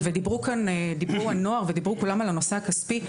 ודיברו כאן בני הנוער וכולם על הנושא הכספי,